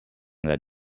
that